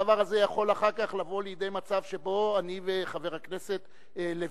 הדבר הזה יכול אחר כך לבוא לידי מצב שבו אני וחבר הכנסת לוין,